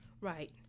right